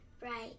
right